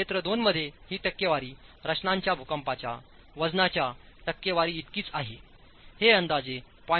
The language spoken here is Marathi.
क्षेत्र II मध्ये ही टक्केवारी रचनाच्या भूकंपाच्या वजनाच्या टक्केवारीइतकीच आहे हे अंदाजे 0